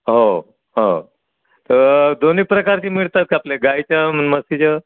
हो हो त दोन्ही प्रकारची मिळतात आपले गायच्या पण म्हशीच्या